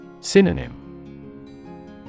Synonym